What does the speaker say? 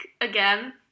again